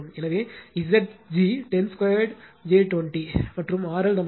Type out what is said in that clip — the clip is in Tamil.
எனவே Zg 10 2 j 20 மற்றும் RL நமக்கு 22